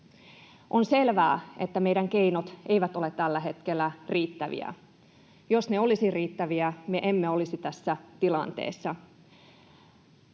On selvää, että meidän keinot eivät ole tällä hetkellä riittäviä. Jos ne olisivat riittäviä, me emme olisi tässä tilanteessa.